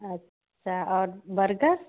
अच्छा और बर्गर